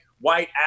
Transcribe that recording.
white